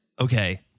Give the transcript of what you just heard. okay